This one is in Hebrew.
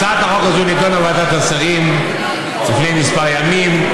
הצעת החוק הזו נדונה בוועדת השרים לפני כמה ימים.